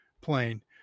plane